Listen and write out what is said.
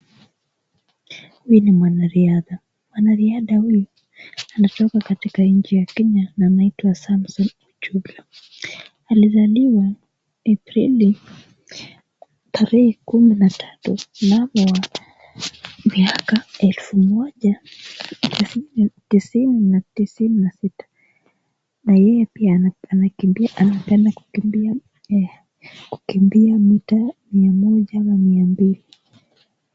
Huyu ni mwanariadha. Mwanariadha huyu anatoka katika nchi ya Kenya na anaitwa Samson Ochuka. Alizaliwa Aprili tarehe kumi na tatu mwaka wa elfu moja mia tisa tisini na sita. Na yeye pia anakimbia anapenda kukimbia kukimbia mita mia moja ama mia mbili.